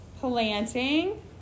planting